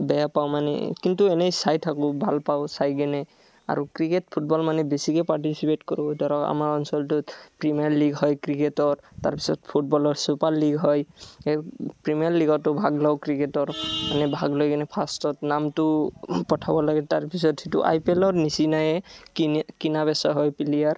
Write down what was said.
বেয়া পাওঁ মানে কিন্তু এনেই চাই থাকোঁ ভাল পাওঁ চাই কিনে আৰু ক্ৰিকেট ফুটবল মানে বেছিকৈ পাৰ্টিচিপেট কৰোঁ ধৰক আমাৰ অঞ্চলটোত প্ৰিমিয়াৰ লিগ হয় ক্ৰিকেটৰ তাৰপাছত ফুটবলৰ ছুপাৰ লিগ হয় সেই প্ৰিমিয়াৰ লিগতো ভাগ লওঁ ক্ৰিকেটৰ মানে ভাগ লৈ কেনে ফাষ্টত নামটো পঠাব লাগে তাৰপিছত সেইটো আই পি এলৰ নিচিনাই কিনে কিনা বেচা হয় পিলেয়াৰ